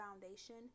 foundation